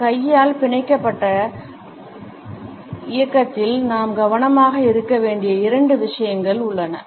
இந்த கையால் பிணைக்கப்பட்ட இயக்கத்தில் நாம் கவனமாக இருக்க வேண்டிய இரண்டு விஷயங்கள் உள்ளன